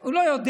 הוא לא יודע,